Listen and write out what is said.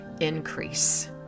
increase